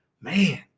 man